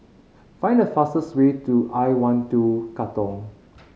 find the fastest way to I One Two Katong